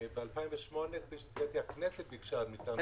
ב-2008 הכנסת ביקשה ממבקר המדינה לכתוב דוח.